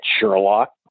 Sherlock